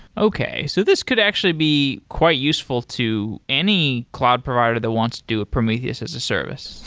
okay. so this could actually be quite useful to any cloud provider that wants to do a prometheus as a service.